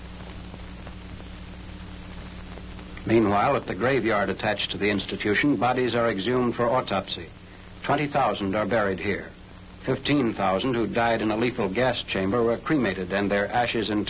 shutters meanwhile at the graveyard attached to the institution bodies are examined for autopsy twenty thousand are buried here fifteen thousand who died in a lethal gas chamber were cremated and their ashes